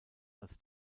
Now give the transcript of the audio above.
als